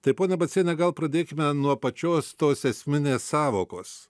tai ponia baciene gal pradėkime nuo pačios tos esminės sąvokos